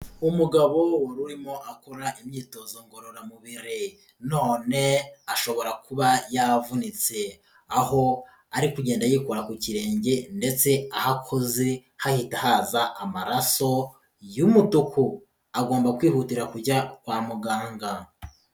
Umugabo wari urimo akora imyitozo ngororamubiri, none ashobora kuba yavunitse, aho ari kugenda yikora ku kirenge ndetse aho akoze hahita haza amaraso y'umutuku, agomba kwihutira kujya kwa muganga.